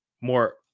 more